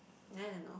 I don't know